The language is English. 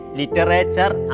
literature